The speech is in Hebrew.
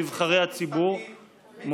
נבחרי הציבור,